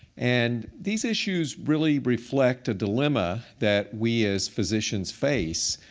and these issues really reflect a dilemma that we, as physicians, face,